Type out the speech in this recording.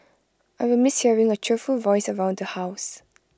I will miss hearing her cheerful voice around the house